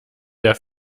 der